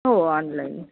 हो ऑनलाईन